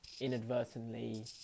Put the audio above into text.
inadvertently